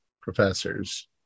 professors